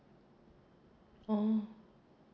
oh